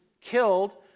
killed